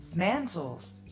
Mantles